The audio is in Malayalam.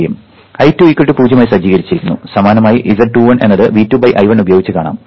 I2 0 ആയി സജ്ജീകരിച്ചിരിക്കുന്നു സമാനമായി Z21 എന്നത് V2 I1 ഉപയോഗിച്ച് കാണാം